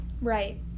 right